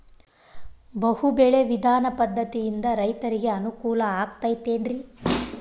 ಬಹು ಬೆಳೆ ವಿಧಾನ ಪದ್ಧತಿಯಿಂದ ರೈತರಿಗೆ ಅನುಕೂಲ ಆಗತೈತೇನ್ರಿ?